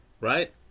Right